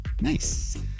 Nice